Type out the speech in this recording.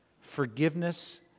forgiveness